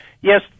Yes